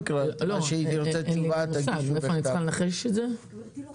--- שלחתי --- את יכולה להגיד את זה על